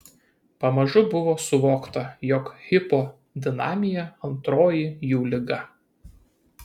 pamažu buvo suvokta jog hipodinamija antroji jų liga